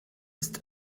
ist